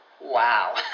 Wow